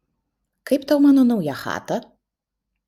kaip tau mano nauja chata